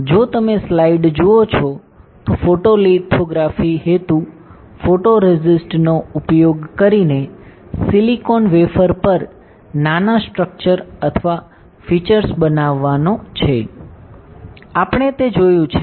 જો તમે સ્લાઇડ જુઓ છો તો ફોટોલિથોગ્રાફી હેતુ ફોટોરેસિસ્ટ નો ઉપયોગ કરીને સિલિકોન વેફર પર નાના સ્ટ્રક્ચર્સ અથવા ફીચરસ બનાવવાનો છે આપણે તે જોયું છે